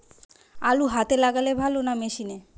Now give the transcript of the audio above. আলু হাতে লাগালে ভালো না মেশিনে?